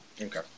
Okay